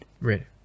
Right